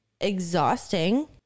exhausting